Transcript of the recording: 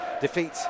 defeat